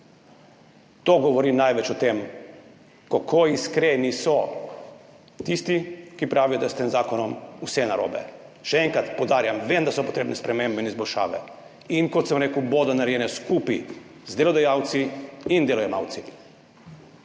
To govori največ o tem, kako iskreni so tisti, ki pravijo, da je s tem zakonom vse narobe. Še enkrat poudarjam, vem, da so potrebne spremembe in izboljšave, in kot sem rekel, bodo narejene skupaj z delodajalci in delojemalci.